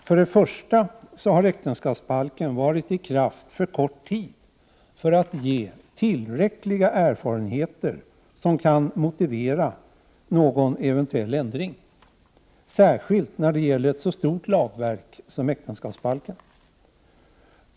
För det första har äktenskapsbalken varit i kraft för kort tid för att ge tillräckliga erfarenheter som kan motivera någon eventuell ändring, särskilt när det gäller ett så stort lagverk som äktenskapsbalken.